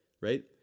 Right